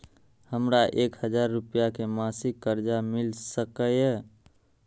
हमरा एक हजार रुपया के मासिक कर्जा मिल सकैये?